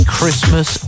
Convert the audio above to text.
Christmas